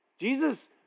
Jesus